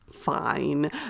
fine